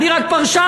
אני רק פרשן,